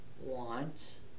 wants